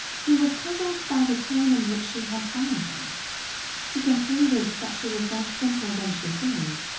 he was puzzled by the tone in which she had summoned him he concluded that she was less simple than she seemed.